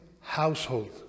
household